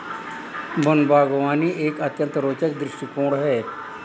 one बागवानी एक अत्यंत रोचक दृष्टिकोण है